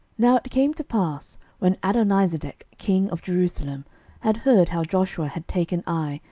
now it came to pass, when adonizedec king of jerusalem had heard how joshua had taken ai,